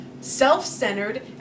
self-centered